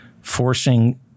forcing